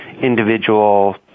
individual